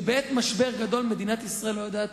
שבעת משבר גדול מדינת ישראל לא יודעת